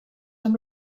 amb